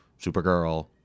Supergirl